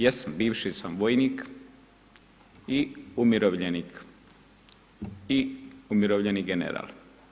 Jesam, bivši sam vojnik i umirovljenik i umirovljeni general.